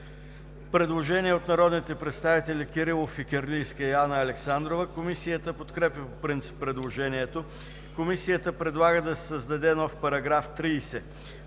Предложение от народните представители Кирилов, Фикирлийска и Александрова. Комисията подкрепя предложението. Комисията предлага да се създаде нов § 53: „§ 53.